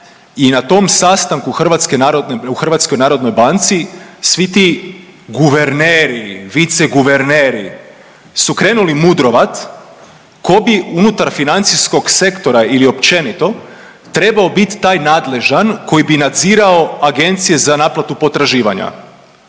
i tom sastanku Hrvatske narodne u HNB-u svi ti guverneri, viceguverneri su krenuli mudrovat tko bi unutar financijskog sektora ili općenito trebao biti taj nadležan koji bi nadzirao agencije za naplatu potraživanja.